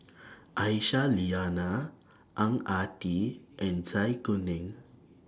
Aisyah Lyana Ang Ah Tee and Zai Kuning